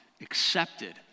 accepted